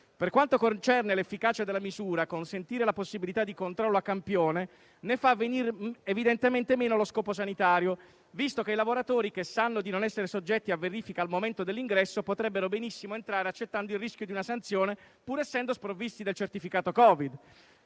per quanto concerne l'efficacia della misura, consentire la possibilità di controllo a campione ne fa venire evidentemente meno lo scopo sanitario, visto che i lavoratori che sanno di non esser soggetti a verifica al momento dell'ingresso potrebbero benissimo entrare accettando il rischio di una sanzione pur essendo sprovvisti del certificato Covid;